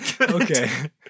Okay